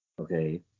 okay